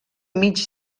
mig